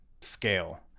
scale